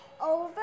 over